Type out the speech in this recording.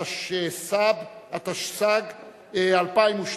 התשס"ב 2002,